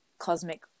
cosmic